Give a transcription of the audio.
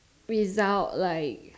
without like